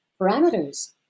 parameters